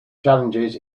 challenges